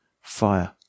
fire